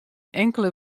inkelde